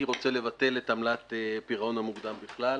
רוצה לבטל את עמלת הפירעון המוקדם בכלל,